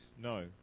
No